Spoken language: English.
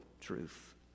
truth